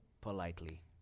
politely